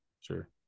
Sure